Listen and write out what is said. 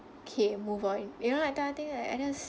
okay move on you know that kind of thing like I just